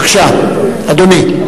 בבקשה, אדוני.